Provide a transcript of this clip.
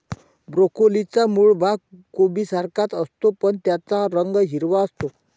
ब्रोकोलीचा मूळ भाग कोबीसारखाच असतो, पण त्याचा रंग हिरवा असतो